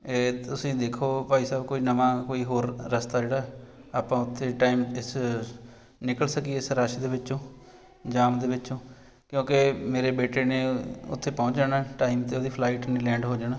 ਤੁਸੀਂ ਦੇਖੋ ਭਾਈ ਸਾਹਿਬ ਕੋਈ ਨਵਾਂ ਕੋਈ ਹੋਰ ਰਸਤਾ ਜਿਹੜਾ ਆਪਾਂ ਉੱਥੇ ਟਾਈਮ ਇਸ ਨਿਕਲ ਸਕੀਏ ਇਸ ਰਸ਼ ਦੇ ਵਿੱਚੋਂ ਜਾਮ ਦੇ ਵਿੱਚੋਂ ਕਿਉਂਕਿ ਮੇਰੇ ਬੇਟੇ ਨੇ ਉੱਥੇ ਪਹੁੰਚ ਜਾਣਾ ਟਾਈਮ 'ਤੇ ਉਹਦੀ ਫਲਾਈਟ ਨੇ ਲੈਂਡ ਹੋ ਜਾਣਾ